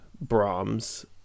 brahms